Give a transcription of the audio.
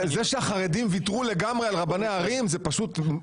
זה שהחרדים ויתרו לגמרי על רבני ערים זה פשוט הזיה מוחלטת.